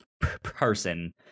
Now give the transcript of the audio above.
person